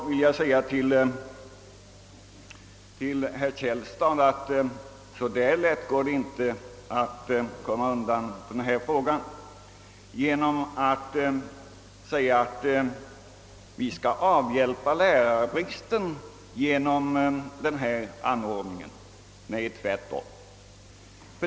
Till herr Källstad vill jag säga att det inte går så lätt att komma undan frågan som att säga att vi skall avhjälpa lärarbristen genom denna anordning. Nej, det är tvärtom.